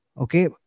okay